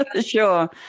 Sure